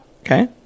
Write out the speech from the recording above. Okay